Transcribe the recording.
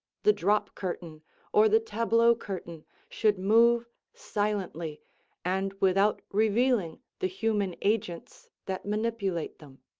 the drop curtain or the tableau curtain should move silently and without revealing the human agents that manipulate them.